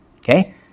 Okay